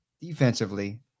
defensively